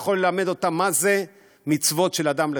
אני יכול ללמד אותם מה זה מצוות בין אדם לחברו.